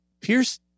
Pierce